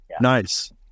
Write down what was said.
Nice